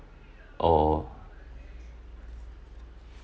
or